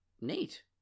Neat